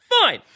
Fine